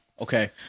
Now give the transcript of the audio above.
Okay